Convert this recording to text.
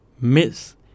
Miss